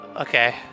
Okay